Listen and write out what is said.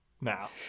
now